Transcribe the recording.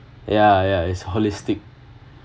ya ya is holistic